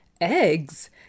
Eggs